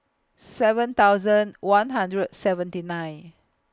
seven thousand one hundred seventy nine